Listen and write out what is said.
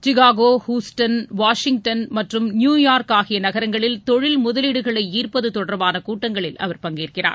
Chicago Houston Washington மற்றும் New York ஆகிய நகரங்களில் தொழில் முதலீடுகளை ஈர்ப்பது தொடர்பான கூட்டங்களில் பங்கேற்கிறார்